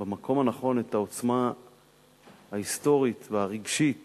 במקום הנכון את העוצמה ההיסטורית והרגשית